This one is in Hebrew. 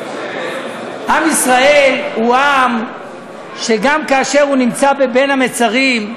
עם ישראל הוא עם שגם כאשר הוא נמצא בין המצרים,